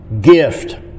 gift